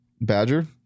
Badger